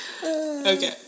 Okay